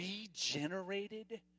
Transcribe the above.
regenerated